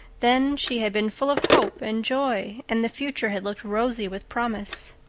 then she had been full of hope and joy and the future had looked rosy with promise.